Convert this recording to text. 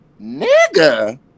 nigga